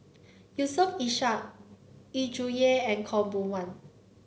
Yusof Ishak Yu Zhuye and Khaw Boon Wan